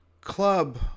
club